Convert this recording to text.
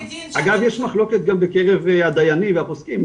אגב יש מחלוקת גם בקרב הדיינים והפוסקים,